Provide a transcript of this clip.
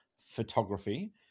photography